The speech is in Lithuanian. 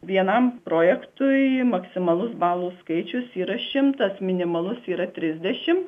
vienam projektui maksimalus balų skaičius yra šimtas minimalus yra trisdešim